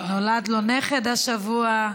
נולד לו נכד השבוע,